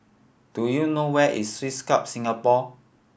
do you know where is Swiss Club Singapore